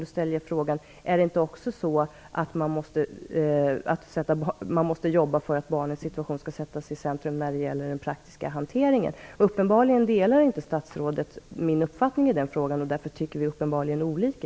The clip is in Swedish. Måste man inte också jobba för att barnens situation skall sättas i centrum när det gäller den praktiska hanteringen? Uppenbarligen delar inte statsrådet min uppfattning i den frågan. Vi tycker uppenbarligen olika.